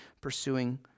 pursuing